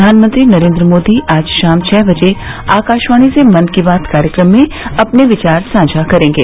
प्रधानमंत्री नरेन्द्र मोदी आज शाम छः बजे आकाशवाणी से मन की बात कार्यक्रम में अपने विचार साझा करेंगे